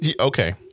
okay